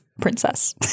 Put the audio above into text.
princess